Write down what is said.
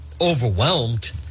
overwhelmed